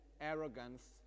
arrogance